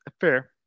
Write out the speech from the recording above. Fair